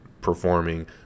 performing